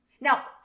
now